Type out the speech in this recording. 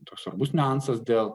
toks svarbus niuansas dėl